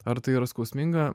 ar tai yra skausminga